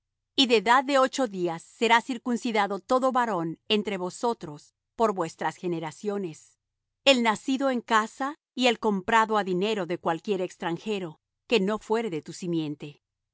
y de edad de ocho días será circuncidado todo varón entre vosotros por vuestras generaciones el nacido en casa y el comprado á dinero de cualquier extranjero que no fuere de tu simiente